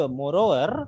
moreover